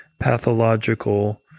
pathological